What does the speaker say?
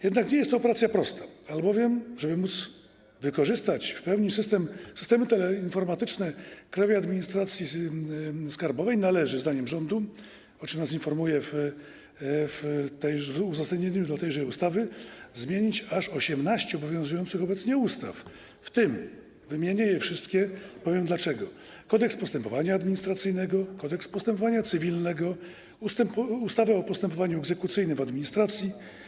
Jednak nie jest to operacja prosta, albowiem żeby móc w pełni wykorzystać systemy teleinformatyczne Krajowej Administracji Skarbowej, należy zdaniem rządu, o czym informuje on nas w uzasadnieniu tejże ustawy, zmienić aż 18 obowiązujących obecnie ustaw, w tym - wymienię je wszystkie i powiem dlaczego - Kodeks postępowania administracyjnego, Kodeks postępowania cywilnego, ustawę o postępowaniu egzekucyjnym w administracji,